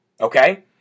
Okay